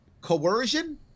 coercion